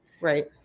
Right